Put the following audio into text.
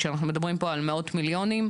כשאנחנו מדברים פה על מאות מיליונים.